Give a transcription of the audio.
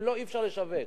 אם לא, אי-אפשר לשווק.